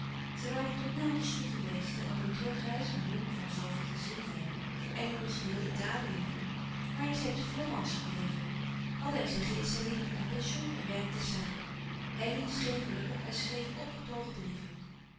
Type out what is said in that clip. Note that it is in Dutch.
zij waren tot napels toe geweest en op hun terugreis moê van zoo veel gezien te hebben voor elly was geheel italië nieuw waren zij te florence gebleven hadden er zich geïnstalleerd in een pension en werkten samen elly scheen gelukkig en schreef opgetogen brieven